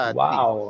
wow